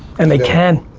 and they can.